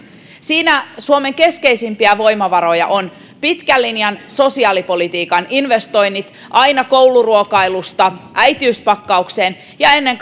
siinä suomen keskeisimpiä voimavaroja ovat pitkän linjan sosiaalipolitiikan investoinnit aina kouluruokailusta äitiyspakkaukseen ja ennen